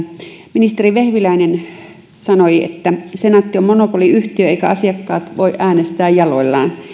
ministeri vehviläinen sanoi että senaatti on monopoliyhtiö eivätkä asiakkaat voi äänestää jaloillaan joten